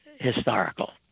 historical